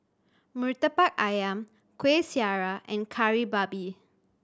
Murtabak Ayam Kuih Syara and Kari Babi